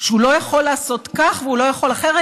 שהוא לא יכול לעשות כך והוא לא יכול אחרת.